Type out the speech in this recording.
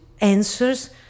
answers